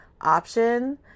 option